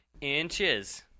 Inches